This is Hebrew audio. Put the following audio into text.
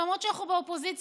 למרות שאנחנו באופוזיציה,